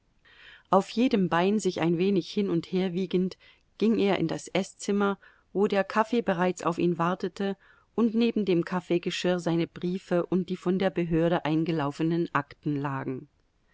auf jedem bein sich ein wenig hin und her wiegend ging er in das eßzimmer wo der kaffee bereits auf ihn wartete und neben dem kaffeegeschirr seine briefe und die von der behörde eingelaufenen akten lagen